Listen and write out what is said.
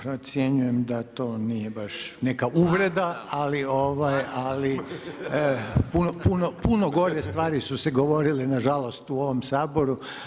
Procjenjujem da to nije baš neka uvreda, ali puno gore stvari su se govorile na žalost u ovom Saboru.